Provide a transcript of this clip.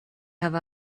have